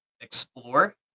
explore